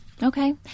Okay